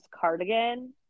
cardigan